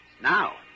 Now